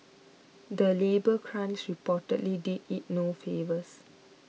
the labour crunch reportedly did it no favours